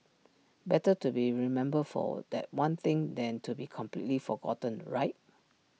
better to be remembered for that one thing than to be completely forgotten right